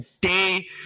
Day